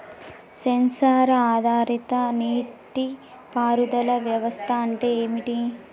Censor ఆధారిత నీటి పారుదల వ్యవస్థ అంటే ఏమిటి?